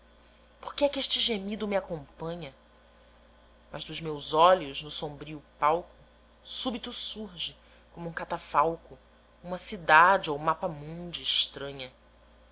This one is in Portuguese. por que é que este gemido me acompanha mas dos meus olhos no sombrio palco súbito surge como um catafalco uma cidade ou mapa múndi estranha